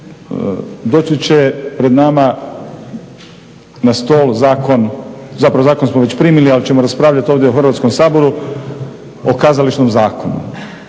doći će pred nama na stol zakon, zapravo zakon smo već primili ali ćemo raspravljati ovdje u Hrvatskom saboru o Kazališnom zakonu.